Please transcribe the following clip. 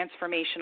transformational